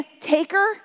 taker